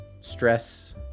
stress